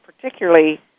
particularly